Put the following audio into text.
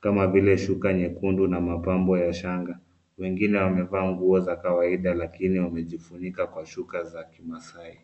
kama vile shuka nyekundu na mapambo ya shanga. Wengine wamevaa nguo za kawaida, lakini wamejifunika kwa shuka za kimaasai.